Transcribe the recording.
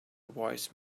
wise